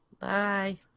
bye